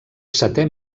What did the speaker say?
setè